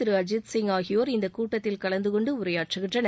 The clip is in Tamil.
திரு அஜீத் சிங் ஆகியோர் இந்த கூட்டத்தில் கலந்து கொண்டு உரையாற்றுகின்றனர்